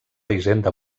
hisenda